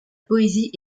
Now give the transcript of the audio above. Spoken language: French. poésie